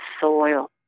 soil